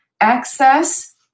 access